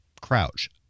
crouch